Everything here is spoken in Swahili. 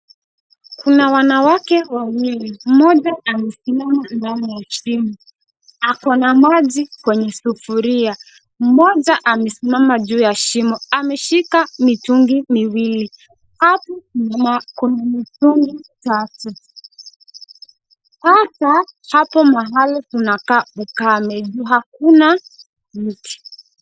Kuna wanawake wawili, mmoja amesimama ndani ya shimo akona maji kwenye sufuria, mmoja amesimama juu ya shimo ameshika mitungi miwili. Hapo nyuma kuna mitungi tatu, hata hapo mahali kunakaa ukame ju hakuna mti.